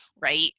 right